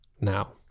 now